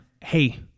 hey